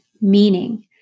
Meaning